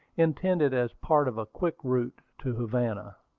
intended as part of a quick route to havana.